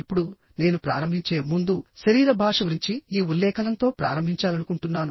ఇప్పుడునేను ప్రారంభించే ముందుశరీర భాష గురించి ఈ ఉల్లేఖనంతో ప్రారంభించాలనుకుంటున్నాను